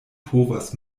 povas